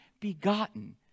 begotten